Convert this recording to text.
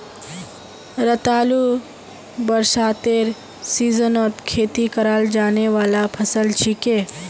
रतालू बरसातेर सीजनत खेती कराल जाने वाला फसल छिके